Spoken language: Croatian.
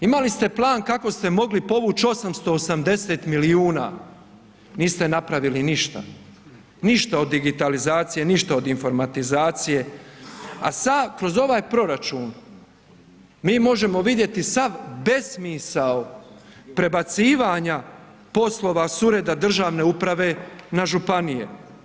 Imali ste plan kako ste mogli povući 880 milijuna, niste napravili ništa, ništa od digitalizacije, ništa od informatizacije, a sad kroz ovaj proračun mi možemo vidjeti sav besmisao prebacivanja poslova s ureda državne uprave na županije.